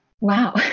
wow